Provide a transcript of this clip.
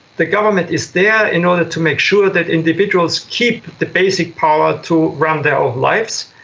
the government is there in order to make sure that individuals keep the basic power to run their own lives,